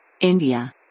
India